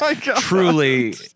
truly